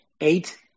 eight